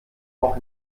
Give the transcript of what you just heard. auch